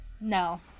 No